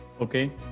Okay